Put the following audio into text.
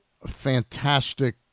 fantastic